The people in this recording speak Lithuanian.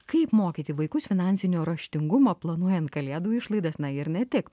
kaip mokyti vaikus finansinio raštingumo planuojant kalėdų išlaidas na ir ne tik